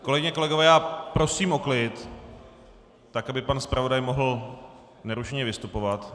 Kolegyně, kolegové, já prosím o klid, aby pan zpravodaj mohl nerušeně vystupovat.